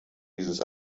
dieses